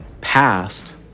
passed